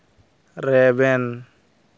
ᱨᱮᱵᱮᱱ